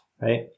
right